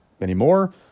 anymore